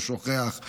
הוא שוכח,